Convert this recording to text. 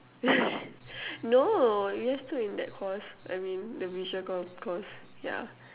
no we are still in that course I mean the visual comm course yeah